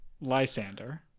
Lysander